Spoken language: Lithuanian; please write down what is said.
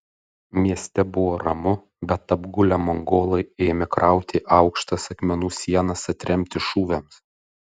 mieste buvo ramu bet apgulę mongolai ėmė krauti aukštas akmenų sienas atremti šūviams